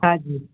હા જી